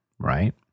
Right